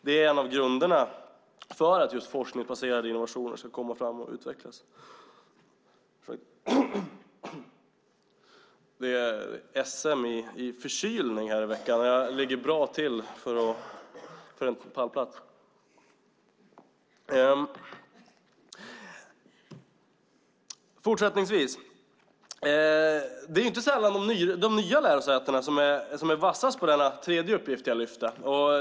Det är en av grunderna för att forskningsbaserade innovationer ska komma fram och utvecklas. Det är inte sällan de nya lärosätena är vassast på denna tredje uppgift som jag lyfte fram.